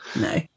No